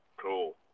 cool